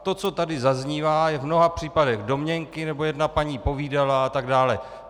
To, co tady zaznívá, jsou v mnoha případech domněnky nebo jedna paní povídala atd.